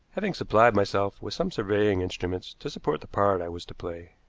having supplied myself with some surveying instruments to support the part i was to play.